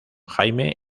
jaime